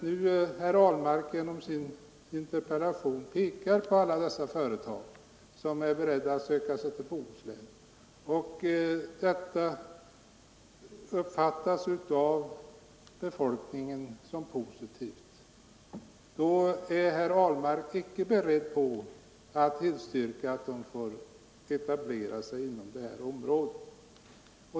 När nu herr Ahlmark genom sin interpellation pekar på alla dessa företag som är beredda att söka sig till Bohuslän — detta uppfattas av befolkningen som positivt — vill han icke tillstyrka att de får etablera sig inöm det här området.